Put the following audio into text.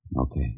Okay